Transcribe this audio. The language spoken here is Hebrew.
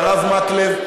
והרב מקלב,